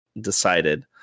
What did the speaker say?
decided